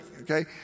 Okay